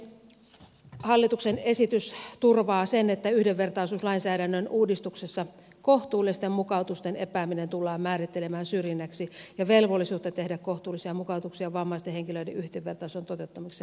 hallituksen esitys turvaa sen että yhdenvertaisuuslainsäädännön uudistuksessa kohtuullisten mukautusten epääminen tullaan määrittelemään syrjinnäksi ja velvollisuutta tehdä kohtuullisia mukautuksia vammaisten henkilöiden yhdenvertaisuuden toteuttamiseksi laajennetaan